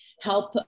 help